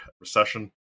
recession